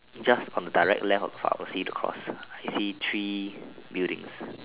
just on the direct left of the pharmacy the cross you see three buildings